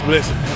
Listen